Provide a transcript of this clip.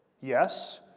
Yes